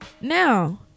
Now